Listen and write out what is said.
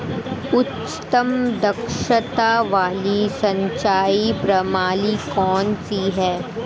उच्चतम दक्षता वाली सिंचाई प्रणाली कौन सी है?